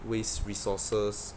waste resources